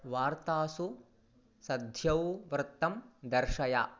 वार्तासु सद्योवृत्तं दर्शय